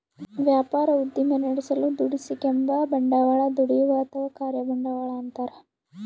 ವ್ಯಾಪಾರ ಉದ್ದಿಮೆ ನಡೆಸಲು ದುಡಿಸಿಕೆಂಬ ಬಂಡವಾಳ ದುಡಿಯುವ ಅಥವಾ ಕಾರ್ಯ ಬಂಡವಾಳ ಅಂತಾರ